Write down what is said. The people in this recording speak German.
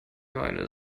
meine